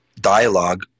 dialogue